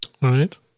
Right